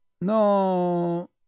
no